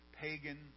pagan